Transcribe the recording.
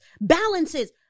balances